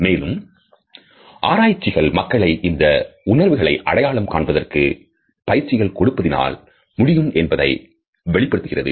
மேலும் ஆராய்ச்சிகள் மக்களை இந்த உணர்வுகளை அடையாளம் காண்பதற்கு பயிற்சிகள் கொடுப்பதினால் முடியும் என்பதை வெளிப்படுத்துகிறது